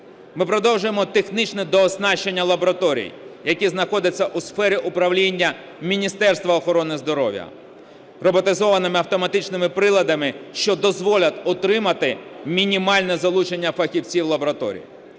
Ми продовжуємо технічне дооснащення лабораторій, які знаходяться у сфері управління Міністерства охорони здоров'я, роботизованими автоматичними приладами, що дозволять отримати мінімальне залучення фахівців лабораторій.